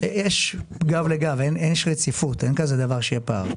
יש גב לגב, יש רציפות, אין כזה דבר שיהיה פער.